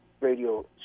radio